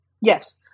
Yes